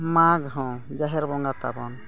ᱢᱟᱜᱽ ᱦᱚᱸ ᱡᱟᱦᱮᱨ ᱵᱚᱸᱜᱟ ᱛᱟᱵᱚᱱ